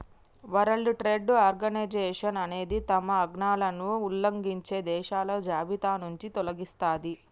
world trade organisation అనేది తమ ఆజ్ఞలను ఉల్లంఘించే దేశాలను జాబితానుంచి తొలగిస్తది